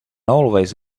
always